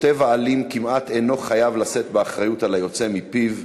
הכותב האלים כמעט אינו חייב לשאת באחריות ליוצא מפיו,